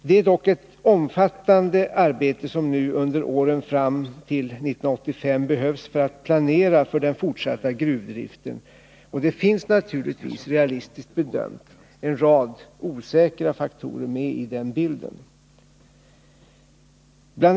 Det är dock ett omfattande arbete som nu under åren fram till 1985 behövs för att planera för den fortsatta gruvdriften. Det finns naturligtvis, realistiskt bedömt, en rad osäkra faktorer med i bilden. Bl.